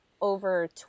over